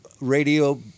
radio